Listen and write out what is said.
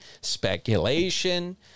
speculation